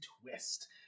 twist